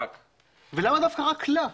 ולמה דווקא רק לה?